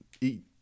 eat